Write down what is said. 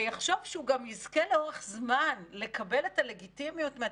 ויחשוב שהוא גם יזכה לאורך זמן לקבל את הלגיטימיות מהציבור,